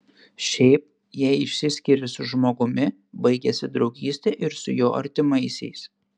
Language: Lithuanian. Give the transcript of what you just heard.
šiaip jei išsiskiri su žmogumi baigiasi draugystė ir su jo artimaisiais